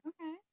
okay